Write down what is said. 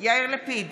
יאיר לפיד,